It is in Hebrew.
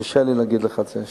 קשה לי להגיד לך את זה.